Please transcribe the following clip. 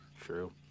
True